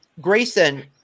Grayson